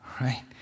Right